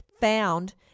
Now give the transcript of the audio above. found